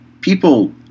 people